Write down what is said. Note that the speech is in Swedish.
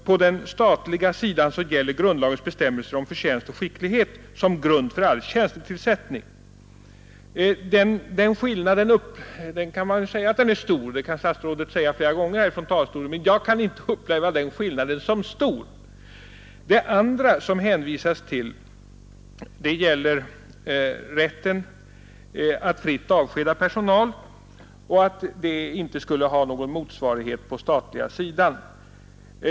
På den statliga sidan gäller grundlagens bestämmelser om förtjänst och skicklighet som grund för all tjänstetillsättning. Statsrådet kan naturligtvis från denna talarstol uttala flera gånger att denna skillnad är stor. Jag kan ändå inte uppleva den som stor. Den andra skillnad som han hänvisar till gäller rätten att fritt avskeda personal, som inte skulle ha någon motsvarighet på den statliga sidan.